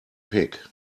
pig